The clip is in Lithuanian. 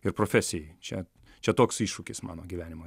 ir profesijai čia čia toks iššūkis mano gyvenimui